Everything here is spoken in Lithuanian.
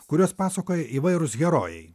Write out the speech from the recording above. kuriuos pasakoja įvairūs herojai